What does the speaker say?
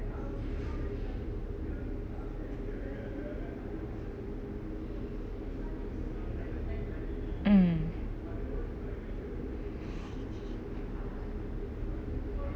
mm